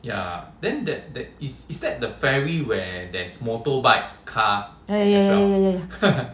ya ya ya